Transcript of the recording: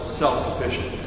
self-sufficient